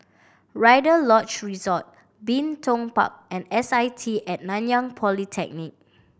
Rider Lodge Resort Bin Tong Park and S I T At Nanyang Polytechnic